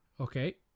Okay